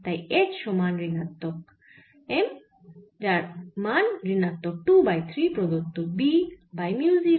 তাই H সমান ঋণাত্মক M যার মান ঋণাত্মক 2 বাই 3 প্রদত্ত B বাই মিউ 0